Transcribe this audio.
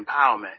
empowerment